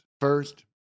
First